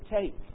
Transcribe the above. take